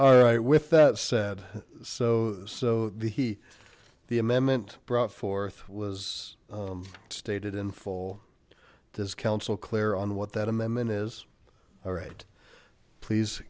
all right with that said so so the the amendment brought forth was stated in full this council clear on what that amendment is all right please